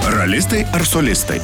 ralistai ar solistai